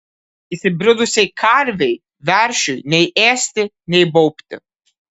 įsibridusiai karvei veršiui nei ėsti nei baubti